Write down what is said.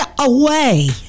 away